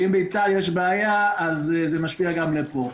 ואם באיטליה יש בעיה אז זה משפיע גם פה.